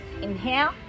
Inhale